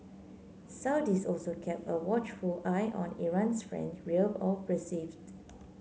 Saudis also kept a watchful eye on Iran's friend real or perceived